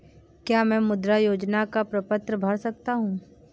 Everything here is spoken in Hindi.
क्या मैं मुद्रा योजना का प्रपत्र भर सकता हूँ?